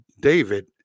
David